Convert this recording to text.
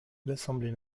l’assemblée